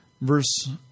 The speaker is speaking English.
Verse